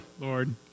Lord